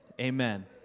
Amen